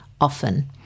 often